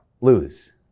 lose